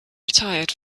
retired